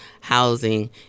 housing